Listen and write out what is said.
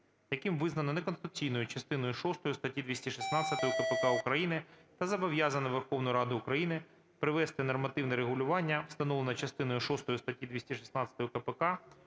яким визнано неконституційною частину шосту статті 216 КПК України та зобов'язано Верховну Раду України привести нормативне регулювання, встановлене частиною шостою статті 216 КПК,